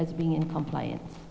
as being in compliance